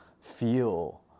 feel